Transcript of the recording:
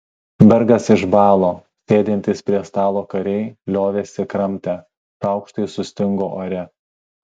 bergas išbalo sėdintys prie stalo kariai liovėsi kramtę šaukštai sustingo ore